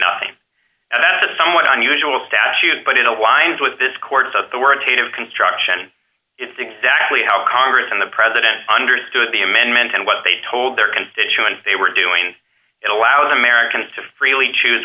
nothing at a somewhat unusual statute but it aligns with this court of the word hate of construction it's exactly how congress and the president understood the amendment and what they told their constituents they were doing it allows americans to freely choose